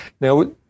Now